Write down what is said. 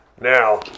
Now